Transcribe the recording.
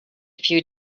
few